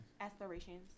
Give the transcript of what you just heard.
aspirations